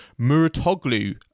Muratoglu